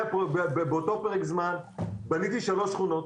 באותו פרק זמן בניתי שלוש שכונות.